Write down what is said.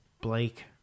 Blake